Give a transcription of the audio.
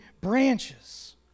branches